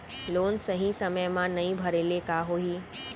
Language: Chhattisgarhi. लोन सही समय मा नई भरे ले का होही?